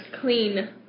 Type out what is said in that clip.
Clean